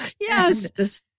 Yes